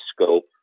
scope